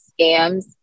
scams